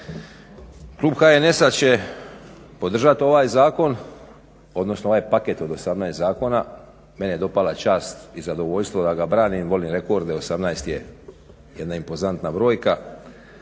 Klub HNS-a će podržati ovaj zakon, odnosno ovaj paket od 18 zakona. Mene je dopala čast i zadovoljstvo da ga branim. Volim rekorde, 18 je jedna impozantna brojka